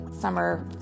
summer